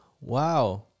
Wow